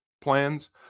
plans